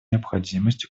необходимость